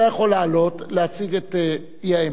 אתה יכול לעלות, להציג את האי-אמון,